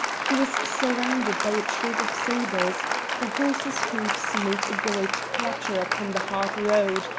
he was surrounded by a troop of sabres the horses' hoofs made a great clatter upon the hard road,